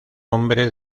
hombre